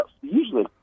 usually